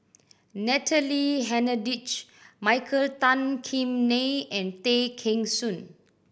Natalie Hennedige Michael Tan Kim Nei and Tay Kheng Soon